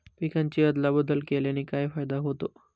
पिकांची अदला बदल केल्याने काय फायदा होतो?